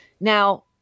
Now